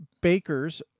Baker's